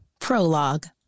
Prologue